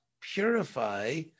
purify